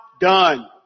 done